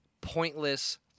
pointless